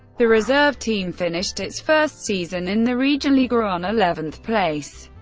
the reserve team finished its first season in the regionalliga on eleventh place.